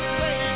say